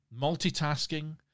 multitasking